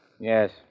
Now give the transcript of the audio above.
Yes